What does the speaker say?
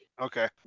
Okay